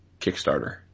Kickstarter